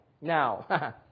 Now